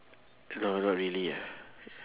no not really ah